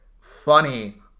funny